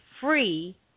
free